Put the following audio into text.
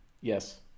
Yes